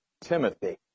Timothy